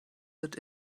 wird